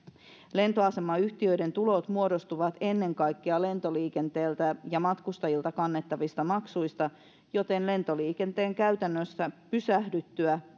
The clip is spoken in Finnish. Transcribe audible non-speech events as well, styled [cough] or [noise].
lentoasemayhtiöiden tulot muodostuvat ennen kaikkea lentoliikenteeltä ja matkustajilta kannettavista maksuista joten lentoliikenteen käytännössä pysähdyttyä [unintelligible]